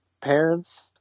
parents